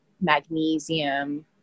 magnesium